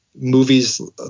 movies